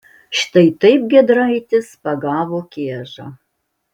štai taip giedraitis pagavo kiežą